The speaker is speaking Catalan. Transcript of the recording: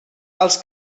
els